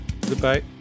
Goodbye